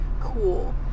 cool